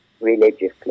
religiously